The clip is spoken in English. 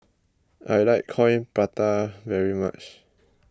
I like Coin Prata very much